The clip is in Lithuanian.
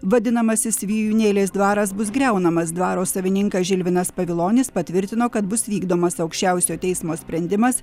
vadinamasis vijūnėlės dvaras bus griaunamas dvaro savininkas žilvinas povilonis patvirtino kad bus vykdomas aukščiausiojo teismo sprendimas